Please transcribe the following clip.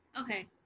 Okay